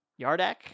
Yardak